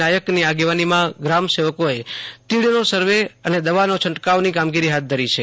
નાયક ની આગેવાની માં ગ્રામ સેવકો એ તીડ નો સર્વે અને દવા છંટકાવ ની કામગીરી હાથ ધરી છે